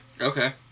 okay